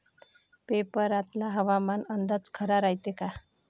पेपरातला हवामान अंदाज खरा रायते का?